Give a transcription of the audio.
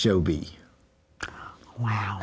show be wow